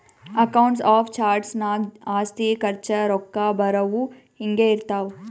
accounts of charts ನಾಗ್ ಆಸ್ತಿ, ಖರ್ಚ, ರೊಕ್ಕಾ ಬರವು, ಹಿಂಗೆ ಇರ್ತಾವ್